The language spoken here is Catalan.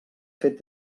fet